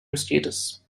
status